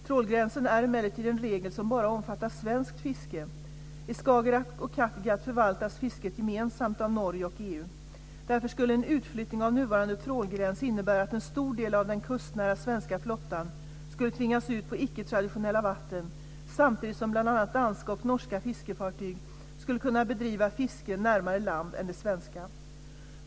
Trålgränsen är emellertid en regel som bara omfattar svenskt fiske. I Skagerrak och Kattegatt förvaltas fisket gemensamt av Norge och EU. Därför skulle en utflyttning av nuvarande trålgräns innebära att en stor del av den kustnära svenska flottan skulle tvingas ut på icke traditionella vatten samtidigt som bl.a. danska och norska fiskefartyg skulle kunna bedriva fiske närmare land än svenska.